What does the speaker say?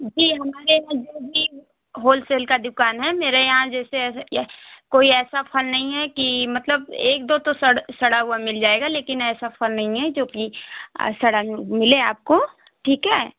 जी हमारे यहाँ जो भी होलसेल का दुकान है मेरे यहाँ जैसे ऐसे यह कोई ऐसा फल नहीं है कि मतलब एक दो तो सड़ सड़ा हुआ मिल जाएगा लेकिन ऐसा फल नहीं है जो कि सड़ा मिले आपको ठीक है